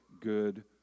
good